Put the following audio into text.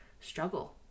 struggle